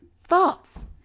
thoughts